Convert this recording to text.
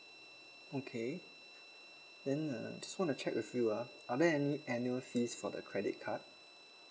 okay then uh just wanna check with you ah are there any annual fees for the credit card